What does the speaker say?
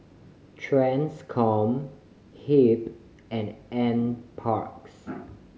Transcom HEB and N Parks